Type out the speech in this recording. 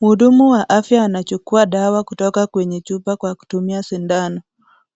Mhudumu wa afya anachukua dawa kutoka kwenye chupa kwa kutumia sindano.